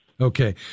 Okay